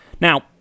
now